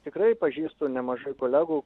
tikrai pažįstu nemažai kolegų